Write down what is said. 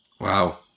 Wow